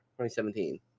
2017